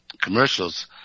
commercials